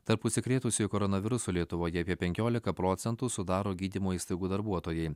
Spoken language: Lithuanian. tarp užsikrėtusiųjų koronavirusu lietuvoje apie penkioliką procentų sudaro gydymo įstaigų darbuotojai